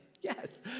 Yes